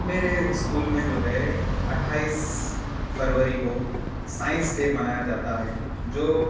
میرے اسکول میں جو ہے اٹھائیس فروری کو سائنس ڈے منایا جاتا ہے جو